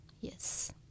yes